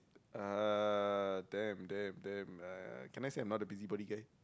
uh damn damn damn uh can I say I'm not a busybody guy